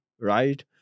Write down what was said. right